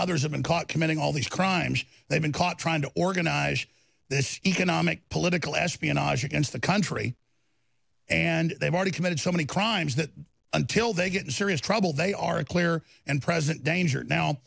others have been caught committing all these crimes they've been caught trying to organize this economic political espionage against the country and they've already committed so many crimes that until they get in serious trouble they are a clear and present danger now